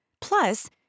Plus